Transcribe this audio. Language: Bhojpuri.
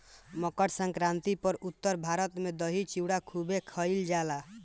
मकरसंक्रांति पअ उत्तर भारत में दही चूड़ा खूबे खईल जाला